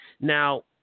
now